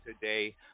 today